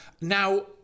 Now